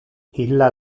illa